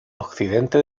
occidente